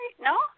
No